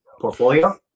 portfolio